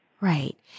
Right